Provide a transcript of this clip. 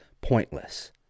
pointless